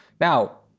Now